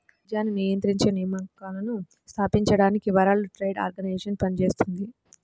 వాణిజ్యాన్ని నియంత్రించే నియమాలను స్థాపించడానికి వరల్డ్ ట్రేడ్ ఆర్గనైజేషన్ పనిచేత్తుంది